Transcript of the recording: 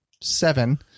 seven